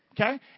Okay